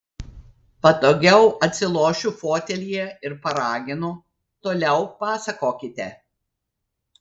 patogiau atsilošiu fotelyje ir paraginu toliau pasakokite